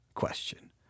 question